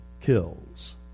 kills